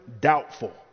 doubtful